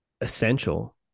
essential